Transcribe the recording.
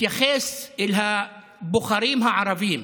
ומתייחס אל הבוחרים הערבים